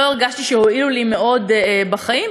לא הרגשתי שהועילו לי מאוד בחיים,